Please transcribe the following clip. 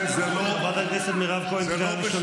חברת הכנסת מירב כהן, קריאה ראשונה.